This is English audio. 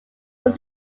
from